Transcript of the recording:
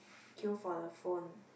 queue for the phone